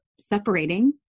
separating